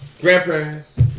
grandparents